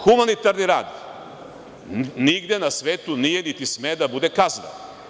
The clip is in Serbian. Humanitarni rad nigde na svetu nije niti sme da bude kazna.